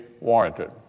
warranted